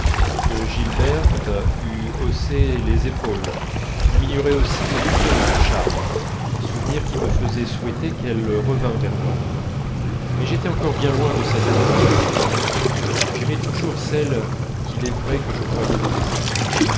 que gilberte eût haussé les épaules diminuerait aussi le souvenir de son charme souvenir qui me faisait souhaiter qu'elle revînt vers moi mais j'étais encore bien loin de cette mort du passé j'aimais toujours celle qu'il est vrai que je croyais détester